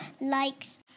likes